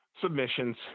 submissions